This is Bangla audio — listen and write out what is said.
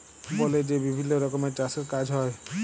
বলে যে বিভিল্ল্য রকমের চাষের কাজ হ্যয়